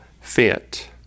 fit